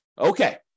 Okay